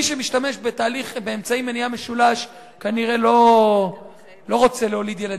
מי שמשתמש באמצעי מניעה משולש כנראה לא רוצה להוליד ילדים,